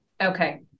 Okay